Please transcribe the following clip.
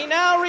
now